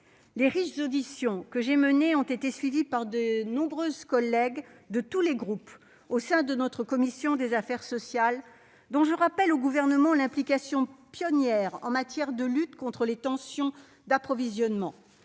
Les riches auditions que j'ai menées ont été suivies par de nombreuses collègues de tous les groupes au sein de notre commission des affaires sociales, dont je rappelle au Gouvernement l'implication pionnière en matière de lutte contre les tensions d'approvisionnement.